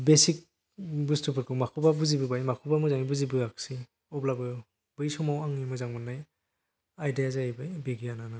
basic बसथुफोरखौ माखौबा बुजिबोबाय माखौबा मोजाङै बुजिबोआसै अब्लाबो बै समाव आंनि मोजां मोननाय आयदाया जाहैबाय बिगियानानोमोन